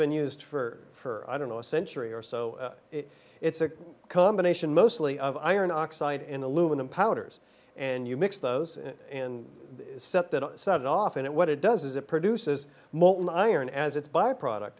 been used for for i don't know a century or so it's a combination mostly of iron oxide in aluminum powders and you mix those in sept and set it off in it what it does is it produces molten iron as its byproduct